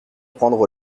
prendre